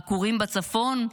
העקורים בצפון?